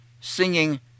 singing